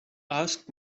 asked